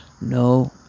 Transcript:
no